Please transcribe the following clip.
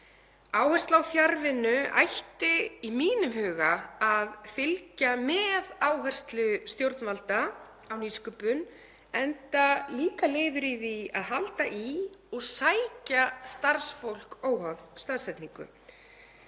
Áhersla á fjarvinnu ætti í mínum huga að fylgja með áherslu stjórnvalda á nýsköpun enda líka liður í því að halda í og sækja starfsfólk óháð staðsetningu.